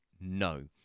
No